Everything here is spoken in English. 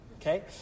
Okay